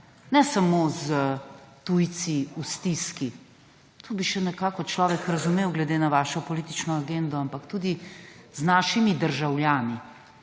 ne samo s tujci v stiski, to bi še nekako človek razumel, glede na vašo politično agendo, ampak tudi z našimi državljani.